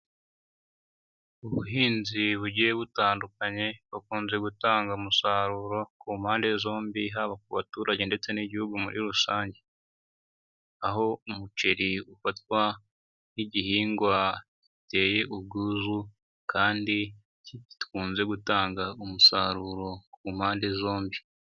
Ubuhinzi bugiye butandukanye bukunze gutanga umusaruro ku mpande zombi, haba ku baturage ndetse n'igihugu muri rusange. Aho umuceri ufatwa nk'igihingwa giteye ubwuzu kandi gikunze gutanga umusaruro ku mpande zombi.